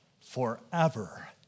forever